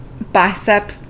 bicep